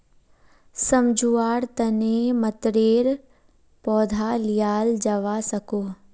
सम्झुआर तने मतरेर पौधा लियाल जावा सकोह